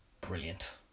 brilliant